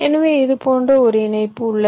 எனவே இது போன்ற ஒரு இணைப்பு உள்ளது